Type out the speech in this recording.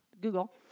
Google